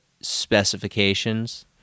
specifications